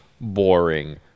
boring